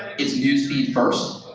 it's news feed first.